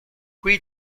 qui